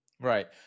Right